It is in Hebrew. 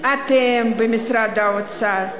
אתם במשרד האוצר,